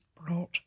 brought